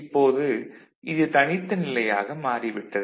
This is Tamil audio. இப்போது இது தனித்த நிலையாக மாறிவிட்டது